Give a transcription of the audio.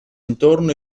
intorno